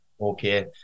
Okay